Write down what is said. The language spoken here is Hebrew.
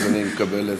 אז אני מקבל זה?